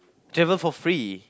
travel for free